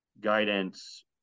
guidance